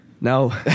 No